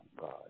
God